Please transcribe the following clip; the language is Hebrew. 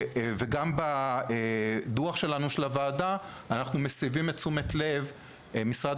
גם בדוח שלנו אנחנו מסבים את תשומת לב משרד